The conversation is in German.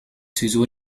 sowieso